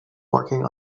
working